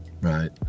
right